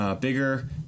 bigger